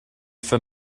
for